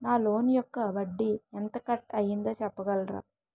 నా లోన్ యెక్క వడ్డీ ఎంత కట్ అయిందో చెప్పగలరా?